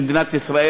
במדינת ישראל,